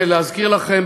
להזכיר לכם,